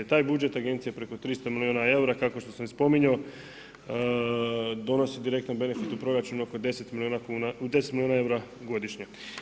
Taj budžet agencije preko 300 milijuna eura, kako sam spominjao, donosi direktno benefit u proračun oko 10 milijuna eura godišnje.